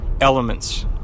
elements